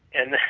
and